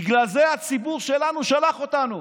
בגלל זה הציבור שלנו שלח אותנו.